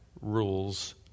rules